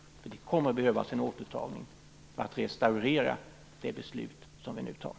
Det kommer att behövas en återtagning för att restaurera det beslut som vi nu fattar.